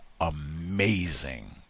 amazing